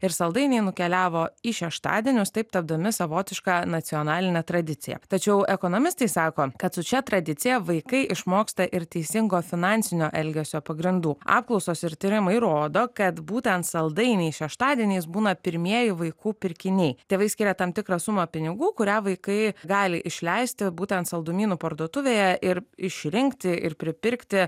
ir saldainiai nukeliavo į šeštadienius taip tapdami savotiška nacionaline tradicija tačiau ekonomistai sako kad su šia tradicija vaikai išmoksta ir teisingo finansinio elgesio pagrindų apklausos ir tyrimai rodo kad būtent saldainiai šeštadieniais būna pirmieji vaikų pirkiniai tėvai skiria tam tikrą sumą pinigų kurią vaikai gali išleisti būtent saldumynų parduotuvėje ir išrinkti ir pripirkti